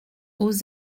aux